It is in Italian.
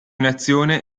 nazione